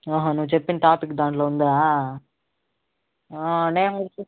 ఓహో నువ్వు చెప్పిన టాపిక్ దానిలో ఉందా నేను